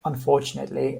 unfortunately